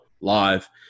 live